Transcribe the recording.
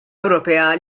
ewropea